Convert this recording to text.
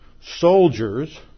soldiers